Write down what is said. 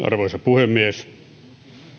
arvoisa puhemies